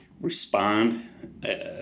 respond